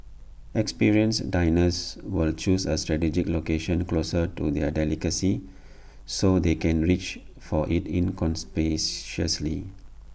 experienced diners will choose A strategic location closer to the delicacy so they can reach for IT inconspicuously